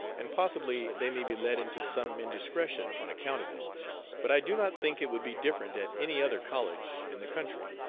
and possibly they may be led into some indiscretion on account of it but i do not think it would be different at any other college in the country.